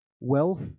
Wealth